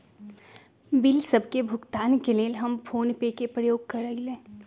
bill सभ के भुगतान के लेल हम फोनपे के प्रयोग करइले